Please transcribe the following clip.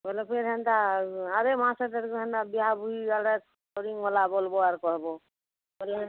ବୋଇଲ ଫେର୍ ହେନ୍ତା ଆଗେ ମାସ୍ ସେଟାରେ ବି ହେନ୍ତା ବିହା ବୁହି ଇଆଡ଼େ କରି ମଲା ବୋଲବ୍ ଆର୍ କହେବ୍ ହେଲେ